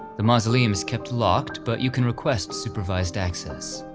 the mausoleum is kept locked but you can request supervised access.